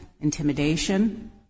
intimidation